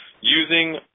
using